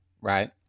right